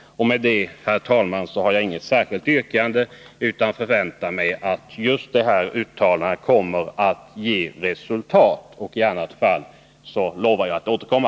Jag har, herr talman, inget särskilt yrkande, utan förväntar mig att detta utskottsuttalande kommer att ge resultat. I annat fall lovar jag att återkomma.